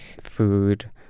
food